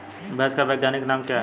भैंस का वैज्ञानिक नाम क्या है?